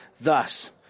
thus